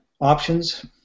options